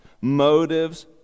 motives